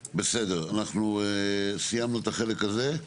בסדר, אנחנו סיימנו את החלק הזה.